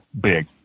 big